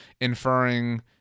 inferring